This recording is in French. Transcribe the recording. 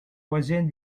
voisins